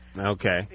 Okay